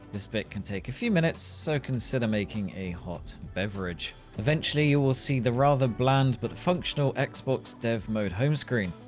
this bit can take a few minutes so consider making a hot beverage. eventually you will see the rather bland but functional xbox dev mode homescreen.